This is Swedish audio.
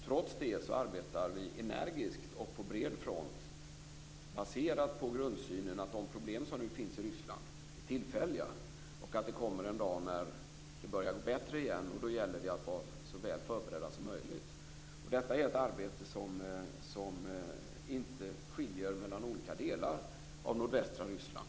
Trots det arbetar vi energiskt och på bred front, baserat på grundsynen att de problem som nu finns i Ryssland är tillfälliga och att det kommer en dag när det börjar gå bättre igen och att det då gäller att vara så bra förberedd som möjligt. Det är ett arbete som inte skiljer mellan olika delar av nordvästra Ryssland.